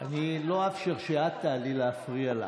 אני לא אאפשר, כשאת תעלי, להפריע לך.